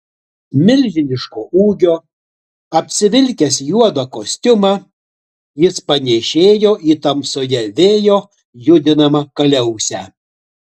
milžiniško ūgio apsivilkęs juodą kostiumą jis panėšėjo į tamsoje vėjo judinamą kaliausę